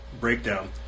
breakdown